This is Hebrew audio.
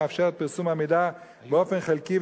המאפשר את פרסום המידע באופן חלקי,